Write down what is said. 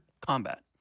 combat